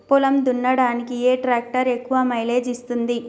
పొలం దున్నడానికి ఏ ట్రాక్టర్ ఎక్కువ మైలేజ్ ఇస్తుంది?